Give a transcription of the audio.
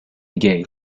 gay